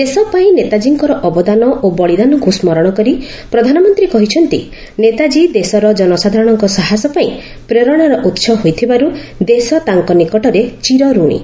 ଦେଶ ପାଇଁ ନେତାଜୀଙ୍କର ଅବଦାନ ଓ ବଳୀଦାନକୁ ସ୍ମରଣ କରି ପ୍ରଧାନମନ୍ତ୍ରୀ କହିଛନ୍ତି ନେତାଜୀ ଦେଶର ଜନସାଧାରଣଙ୍କ ସାହସ ପାଇଁ ପ୍ରେରଣାର ଉହ ହୋଇଥିବାରୁ ଦେଶ ତାଙ୍କ ନିକଟରେ ଚିରରଣୀ